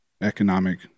economic